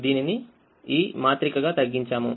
దీనిని ఈ మాత్రికగా తగ్గించాము